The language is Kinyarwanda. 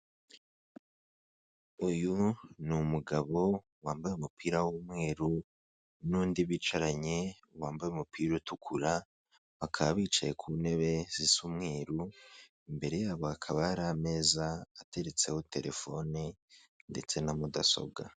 Uyu ni umugabo wambaye umupira w'umweru n'undi bicaranye wambaye umupira utukura bakaba bicaye ku ntebe zisa umweru, imbere yabo bakaba yari ameza ateretseho telefone ndetse na mudasobwa.